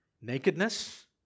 nakedness